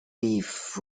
beef